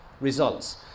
results